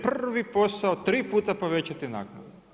Prvi posao, tri puta povećati naknade.